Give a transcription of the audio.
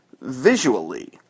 visually